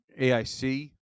AIC